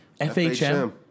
FHM